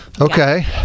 Okay